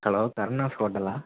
hello Saravanas ஹோட்டலா